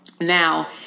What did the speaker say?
Now